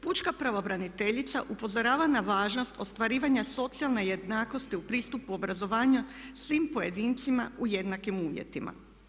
Pučka pravobraniteljica upozorava na važnost ostvarivanja socijalne jednakosti u pristupu obrazovanja svim pojedincima u jednakim uvjetima.